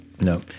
no